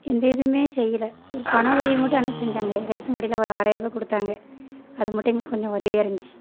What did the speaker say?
எந்த எதுவுமே செய்யல ஒரு பணம் உதவி மட்டும் ஆனால் செஞ்சாங்க ரேஷன் கடையில் ஒரு ஆறாயிரரூவா கொடுத்தாங்க அது மட்டும் எங்களுக்கு கொஞ்சம் உதவியாக இருந்துச்சு